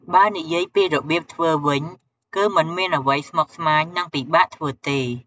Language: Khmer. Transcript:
បើនិយាយពីរបៀបធ្វើវិញ គឺមិនមានអ្វីស្មុគស្មាញ និងពិបាកធ្វើទេ។